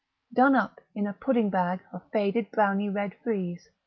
done up in a pudding-bag of faded browny red frieze.